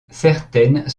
certaines